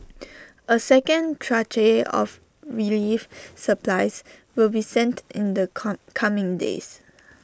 A second tranche of relief supplies will be sent in the come coming days